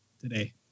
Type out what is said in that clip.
today